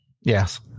Yes